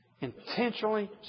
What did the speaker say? intentionally